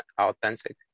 authentic